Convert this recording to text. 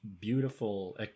beautiful